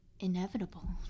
inevitable